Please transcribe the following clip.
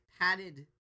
padded